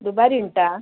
ದುಬಾರಿ ಉಂಟಾ